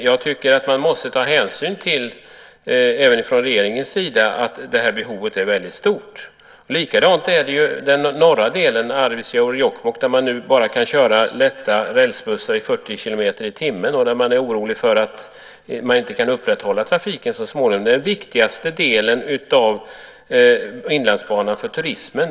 Jag tycker att man även från regeringens sida måste ta hänsyn till att det här finns ett väldigt stort behov. Likadant är det ju i den norra delen, Arvidsjaur-Jokkmokk, där man nu bara kan köra lätta rälsbussar i 40 kilometer i timmen och där man är orolig för att man inte kan upprätthålla trafiken så småningom. Det är den viktigaste delen av Inlandsbanan för turismen.